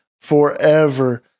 forever